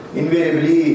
invariably